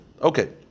Okay